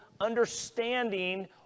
understanding